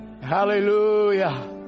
Hallelujah